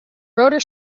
rotor